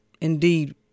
indeed